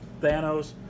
Thanos